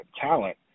talent